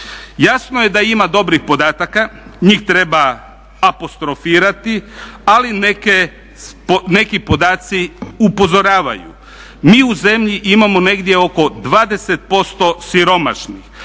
Jasno je da ima dobrih podataka. Njih treba apostrofirati, ali neki podaci upozoravaju. Mi u zemlji imamo negdje oko 20% siromašnih,